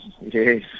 Yes